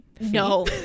No